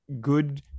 good